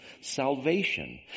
salvation